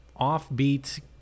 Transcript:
offbeat